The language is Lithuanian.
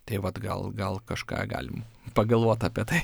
tai vat gal gal kažką galim pagalvot apie tai